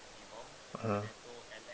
mm